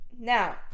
Now